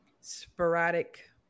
sporadic